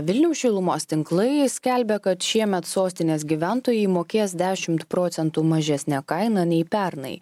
vilniaus šilumos tinklai skelbia kad šiemet sostinės gyventojai mokės dešimt procentų mažesnę kainą nei pernai